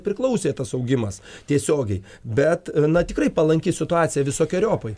priklausė tas augimas tiesiogiai bet na tikrai palanki situacija visokeriopai